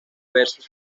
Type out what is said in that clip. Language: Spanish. versos